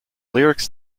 lyrics